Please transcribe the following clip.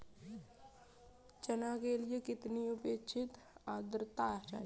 चना के लिए कितनी आपेक्षिक आद्रता चाहिए?